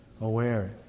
aware